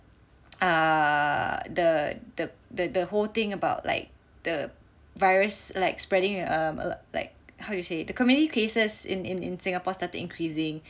err the the the the whole thing about like the virus like spreading err um like how do you say the community cases in in in Singapore started increasing